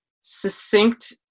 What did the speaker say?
succinct